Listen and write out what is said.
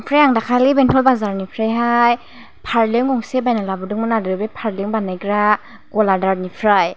ओमफ्राय आं दाखालि बेंटल बाजारनिफ्रायहाय फालें गंसे बायनानै लाबोदोंमोन आरो बे फारलें बानायग्रा गलादारनिफ्राय